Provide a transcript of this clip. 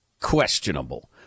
questionable